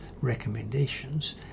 recommendations